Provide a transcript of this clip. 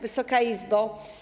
Wysoka Izbo!